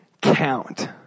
count